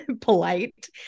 polite